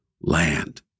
land